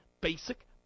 basic